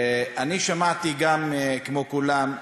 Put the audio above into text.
אני שמעתי גם, כמו כולם,